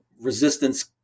resistance